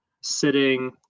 sitting